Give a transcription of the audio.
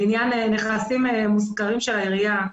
לעניין נכסים מושכרים של העירייה,